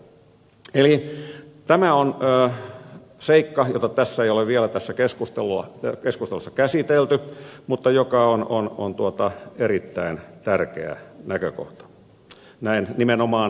eli tämä on seikka jota tässä keskustelussa ei ole vielä käsitelty mutta joka on erittäin tärkeä näkökohta nimenomaan eduskunnan kannalta